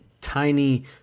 tiny